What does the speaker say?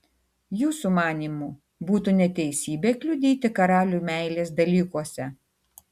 jūsų manymu būtų neteisybė kliudyti karaliui meilės dalykuose